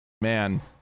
Man